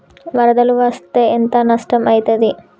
వరదలు వస్తే ఎంత నష్టం ఐతది?